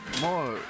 more